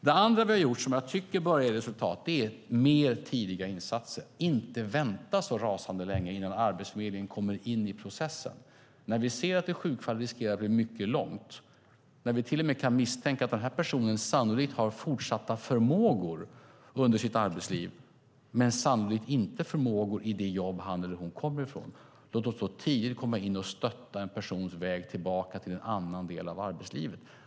Det andra vi har gjort som jag tycker börjar ge resultat är mer tidiga insatser - att inte vänta så rasande länge innan Arbetsförmedlingen kommer in i processen. När vi ser att ett sjukfall riskerar att bli mycket långt och när vi till och med kan misstänka att personen sannolikt har fortsatta förmågor under sitt arbetsliv men sannolikt inte förmågor i det jobb han eller hon kommer ifrån, låt oss då tidigt komma in och stötta en persons väg tillbaka till en annan del av arbetslivet.